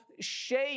shape